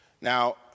Now